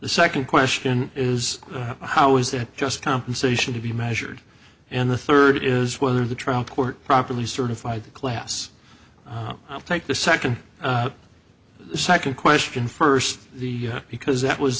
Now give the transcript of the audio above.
the second question is how is that just compensation to be measured and the third is whether the trial court properly certified class i'll take the second second question first the because that was